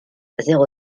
zéro